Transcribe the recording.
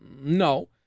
No